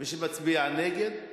מי שמצביע נגד,